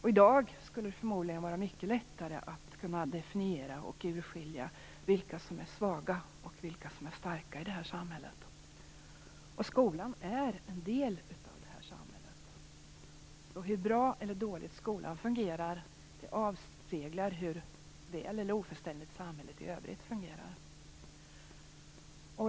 I dag skulle det förmodligen vara mycket lättare att definiera och urskilja vilka som är svaga och vilka som är starka i samhället. Skolan är en del av samhället. Hur bra eller dåligt skolan fungerar, avspeglar hur väl eller ofullständigt samhället i övrigt fungerar.